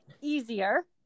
easier